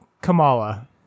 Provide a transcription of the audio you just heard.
Kamala